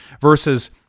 versus